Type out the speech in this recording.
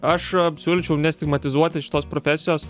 aš siūlyčiau nestigmatizuoti šitos profesijos